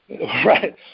Right